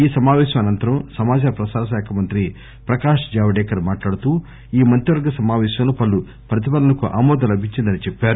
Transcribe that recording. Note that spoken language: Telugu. ఈ సమాపేశం అనంతరం సమాదార ప్రసార శాఖ మంత్రి ప్రకాశ్ జావదేకర్ మాట్లాడుతూ ఈ మంత్రివర్గ సమాపేశంలో పలు ప్రతిపాదనలకు ఆమోదం లభించిందని చెప్పారు